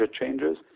changes